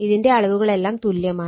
ഇതിന്റെ അളവുകളെല്ലാം തുല്യമാണ്